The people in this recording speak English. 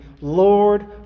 Lord